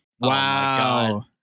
Wow